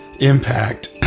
impact